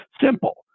simple